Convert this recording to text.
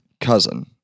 cousin